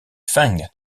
feng